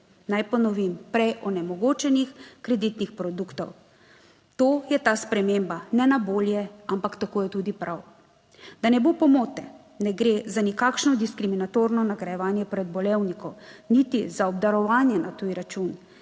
Naj ponovim, prej onemogočenih kreditnih produktov. To je ta sprememba, ne na bolje, ampak tako je tudi prav. Da ne bo pomote, ne gre za nikakršno diskriminatorno nagrajevanje prebolevnikov, niti za obdarovanje na tuj račun.